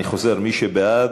אני חוזר: מי שבעד,